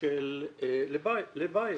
של לבייב.